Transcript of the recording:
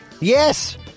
Yes